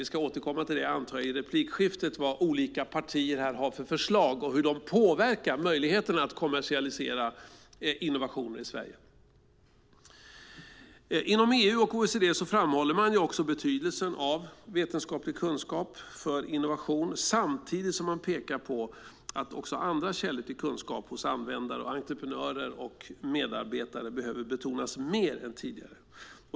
I replikskiftet kommer vi, antar jag, att återkomma till vad olika partier har för förslag och hur det påverkar möjligheterna att kommersialisera innovationer i Sverige. Inom EU och OECD framhåller man också betydelsen av vetenskaplig kunskap för innovation samtidigt som man pekar på att också andra källor till kunskap hos användare, entreprenörer och medarbetare behöver betonas mer än tidigare.